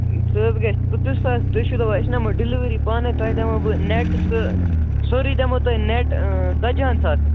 سُہ حظ گژھِ پٕنٛژٕہ ساس تُہۍ چھُو دَپان أسۍ نِمو ڈِیلؤری پانَے تۄہہِ دِمہو بہٕ نٮ۪ٹ سُہ سورُے دِہو تۄہہِ نٮ۪ٹ ژَتجِہَن ساسَن